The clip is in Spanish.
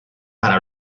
para